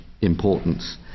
importance